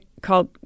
called